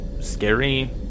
scary